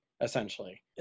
essentially